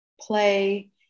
play